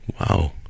Wow